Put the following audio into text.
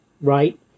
Right